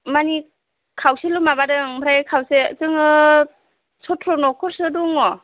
माने खावसेल' माबादों ओमफ्राय खावसे जोङो सत्र' न'खरसो दङ